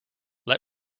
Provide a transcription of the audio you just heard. let